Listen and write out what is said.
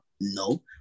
no